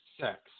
sex